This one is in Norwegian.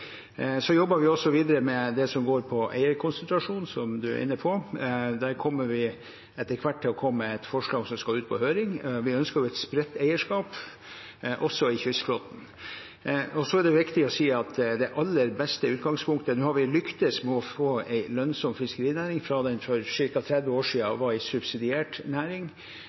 som representanten er inne på. Vi vil etter hvert komme med et forslag som skal ut på høring. Vi ønsker et spredt eierskap, også i kystflåten. Det er viktig å si at nå har vi lyktes med å få en lønnsom fiskerinæring. For ca. 30 år siden var det en subsidiert næring.